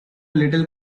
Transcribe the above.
little